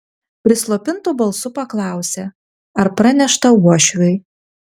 prislopintu balsu paklausė ar pranešta uošviui